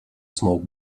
smoke